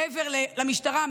מעבר למשטרה,